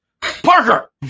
Parker